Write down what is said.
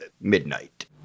midnight